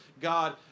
God